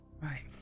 Right